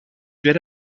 werde